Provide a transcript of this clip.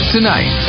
Tonight